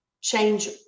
change